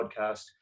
podcast